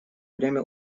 время